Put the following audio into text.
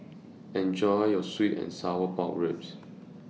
Enjoy your Sweet and Sour Pork Ribs